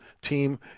team